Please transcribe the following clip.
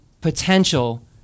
potential